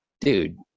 dude